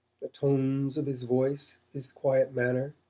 the tones of his voice, his quiet manner,